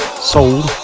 Sold